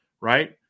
right